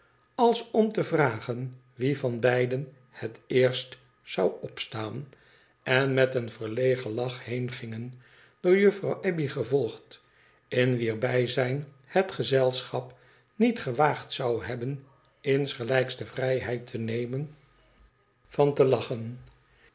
als om te vragen wie van beiden het eerst zou opstaan en met een verlegen lach heengingen door juffrouw abbey gevolgd in wier bijzijn het gezelschap oiet gewaagd zou hebben insgelijks de vrijheid te nemen van te lachen